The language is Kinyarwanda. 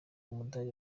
umudali